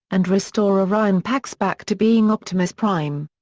and restore orion pax back to being optimus prime.